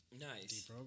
Nice